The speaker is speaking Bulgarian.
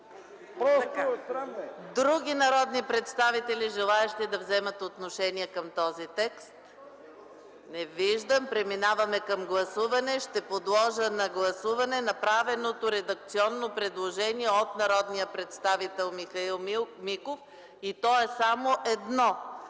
други народни представители, желаещи да вземат отношение по този текст? Не виждам. Преминаваме към гласуване. Подлагам на гласуване направеното редакционно предложение от народния представител Михаил Миков – в ал.